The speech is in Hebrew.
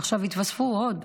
עכשיו התווספו עוד,